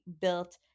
built